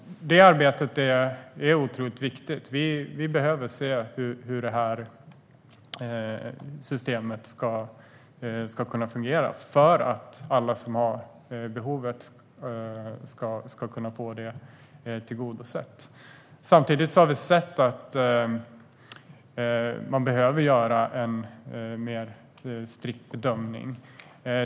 Det arbetet är otroligt viktigt. Vi behöver se hur det här systemet ska kunna fungera för att alla som har behovet ska kunna få det tillgodosett. Samtidigt har vi sett att man behöver göra en mer strikt bedömning.